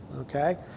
okay